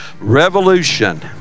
Revolution